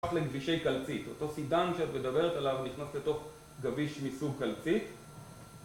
...לגבישי קלצית, אותו סידן שאת מדברת עליו נכנס לתוך גביש מסוג קלצית